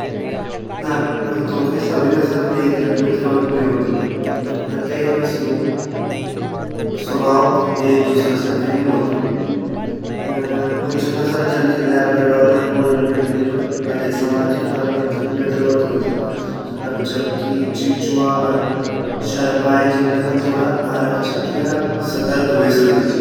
ना कुत्तो की सभी नेसल एक जन मित्रवत नी वोन्दि प्रत्येक नस्लों स्वभाव एक दूसरा से भिन्न वोंदु कुछ नेसल जन लैब्राडोर अर गोल्डन रिट्रैविएर सामाजिक अर मित्रवत वोन्दा अर जबकि चिचुआ अर शार्पिए जन नेसल थोड़ा आरक्षित या सतर्क वे सकदी ची।